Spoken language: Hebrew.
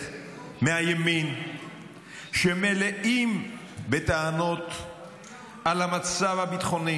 מהימין שמלאים בטענות על המצב הביטחוני